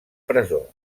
presó